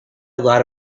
lot